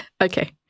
Okay